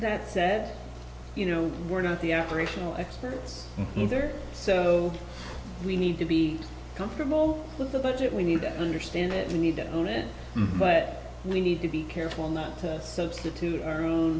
that set you know we're not the operational experience either so we need to be comfortable with the budget we need to understand it we need to own it but we need to be careful not to substitute our own